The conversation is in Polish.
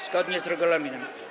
zgodnie z regulaminem.